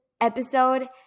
episode